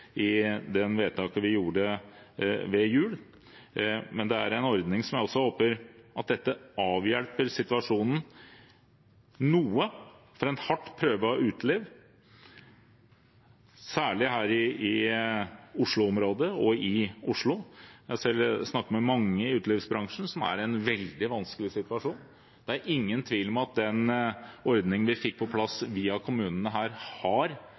vedtaket vi gjorde før jul. Dette er en ordning som jeg håper også avhjelper situasjonen noe for et hardt prøvet uteliv, særlig her i Oslo-området og i Oslo. Jeg har selv snakket med mange i utelivsbransjen som er i en veldig vanskelig situasjon. Det er ingen tvil om at den ordningen de fikk på plass via kommunene, har